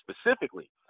specifically